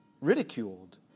ridiculed